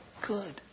good